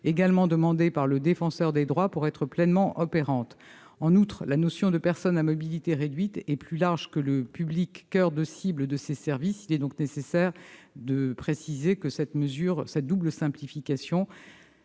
également demandée par le Défenseur des droits. En outre, la notion de « personne à mobilité réduite » est plus large que le public coeur de cible de ces services. Il est donc nécessaire de préciser que cette double simplification